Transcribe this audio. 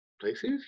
places